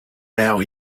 now